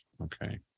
okay